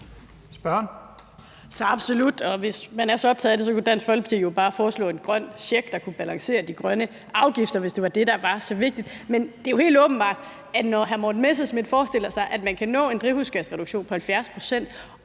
så absolut, og hvis man er så optaget af det, kunne Dansk Folkeparti jo bare foreslå en grøn check, der kunne balancere de grønne afgifter, altså hvis det var det, der var så vigtigt. Det er jo helt åbenbart, at når hr. Morten Messerschmidt forestiller sig, at man kan nå en drivhusgasreduktion på 70 pct.,